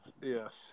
Yes